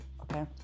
okay